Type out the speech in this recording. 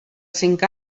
cinc